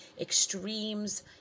Extremes